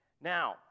Now